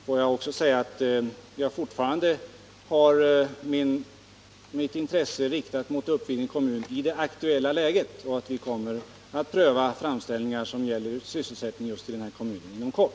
Får jag också säga att jag fortfarande har mitt intresse riktat mot Uppvidinge kommun i det aktuella läget, och att vi kommer att pröva framställningar som gäller sysselsättningen i just denna kommun inom kort.